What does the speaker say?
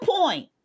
point